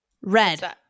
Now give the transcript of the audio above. Red